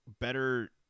better